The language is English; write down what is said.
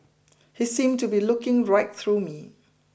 he seemed to be looking right through me